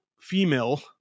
female